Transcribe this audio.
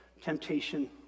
temptation